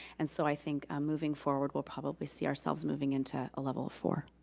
and so i think moving forward, we'll probably see ourselves moving into a level four.